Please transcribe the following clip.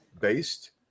based